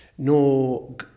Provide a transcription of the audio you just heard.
no